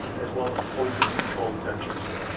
as well as poison control centers.